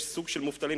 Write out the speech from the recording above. יש סוג של מובטלים,